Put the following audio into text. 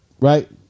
right